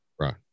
Right